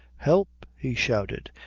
help, he shouted,